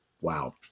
wow